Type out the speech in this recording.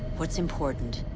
what's important